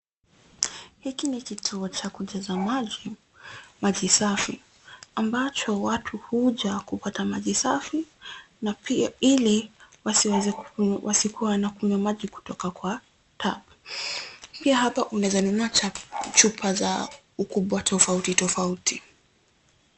Hiki ni kituo cha kujaza maji, maji safi ambacho watu huja kupata maji safi ili wasikuwe wanakunywa maji kutoka kwa tap . Pia hapa unaweza kununua chupa za ukubwa tofauti tofauti.